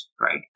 right